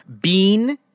Bean